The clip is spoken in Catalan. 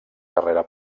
carrera